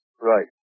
Right